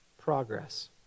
progress